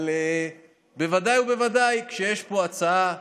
אבל בוודאי ובוודאי כשיש פה הצעה עניינית,